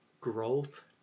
growth